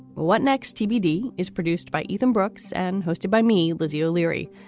what next? tbd is produced by ethan brooks and hosted by me, lizzie o'leary.